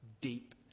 deep